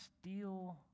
steal